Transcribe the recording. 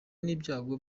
n’ibyago